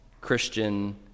Christian